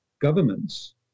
governments